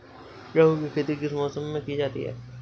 गेहूँ की खेती किस मौसम में की जाती है?